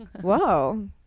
whoa